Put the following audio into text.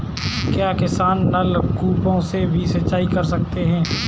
क्या किसान नल कूपों से भी सिंचाई कर सकते हैं?